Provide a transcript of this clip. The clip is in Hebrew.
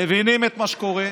מבינים את מה שקורה,